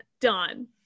Done